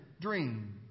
dream